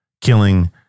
killing